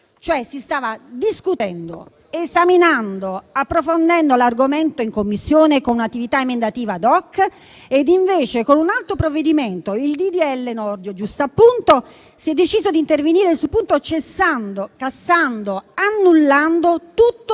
si stava discutendo, esaminando e approfondendo l'argomento in Commissione, con un'attività emendativa *ad hoc,* e invece, con un altro provvedimento (il disegno di legge Nordio, giustappunto) si è deciso di intervenire sul punto, cessando, cassando e annullando tutto